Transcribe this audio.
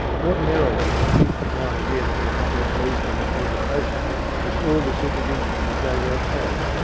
ordinarily, a peep now and again from a couple of policemen between the posties was all the supervision the jago had,